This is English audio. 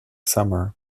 summer